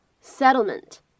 settlement